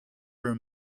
her